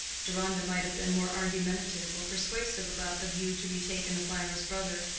deronda might have been more argumentative or persuasive about the view to be taken of mirah's brother,